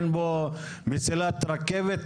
אין פה מסילת רכבת,